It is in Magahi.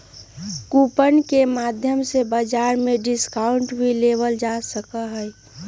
कूपन के माध्यम से बाजार में डिस्काउंट भी लेबल जा सका हई